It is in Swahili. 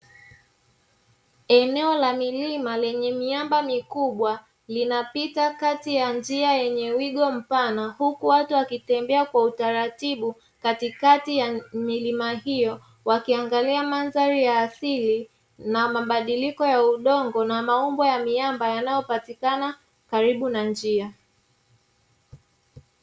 Eneo la milima lenye miamba mikubwa linapita kati ya njia yenye wigo mpana huku watu wakitembea kwa utaratibu katikati ya milima hiyo, wakiangalia mandhari ya asili na mabadiliko ya udongo na maumbo ya miamba yanayopatikana karibu na njia.